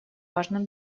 важным